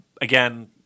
again